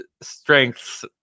strengths